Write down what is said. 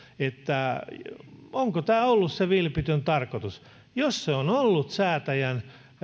että onko tämä ollut se vilpitön tarkoitus jos se on ollut säätäjän